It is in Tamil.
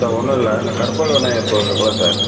சார் ஒன்றும் இல்லை இந்த கற்பக விநாயகர் கோவில் இருக்குமில சார்